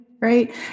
right